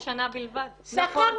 שניה,